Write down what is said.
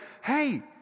hey